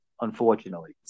unfortunately